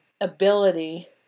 ability